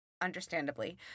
understandably